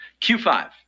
Q5